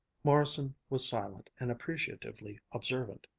morrison was silent and appreciatively observant,